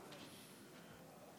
להודות